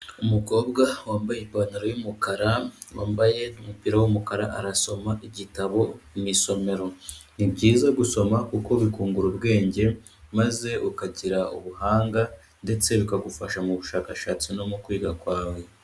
Umukobwa wambaye ipantaro y'umukara, wambaye umupira w'umukara, arasoma igitabo mu isomero. Ni byiza gusoma kuko bikungura ubwenge, maze ukagira ubuhanga ndetse bikagufasha mu bushakashatsi no mu kwiga kwawe.